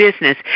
Business